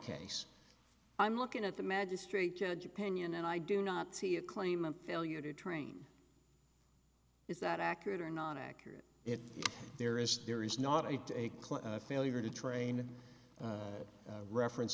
case i'm looking at the magistrate judge opinion and i do not see a claim of failure to train is that accurate or not accurate if there is there is not a clear failure to train reference